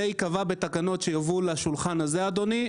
זה ייקבע בתקנות שיובאו לשולחן הזה, אדוני.